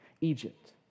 Egypt